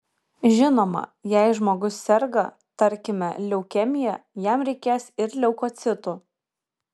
žinoma jei žmogus serga tarkime leukemija jam reikės ir leukocitų